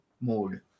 mode